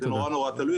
זה נורא תלוי.